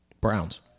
Browns